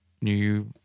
new